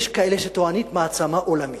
יש כאלה שטוענים שזו מעצמה עולמית.